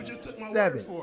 seven